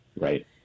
Right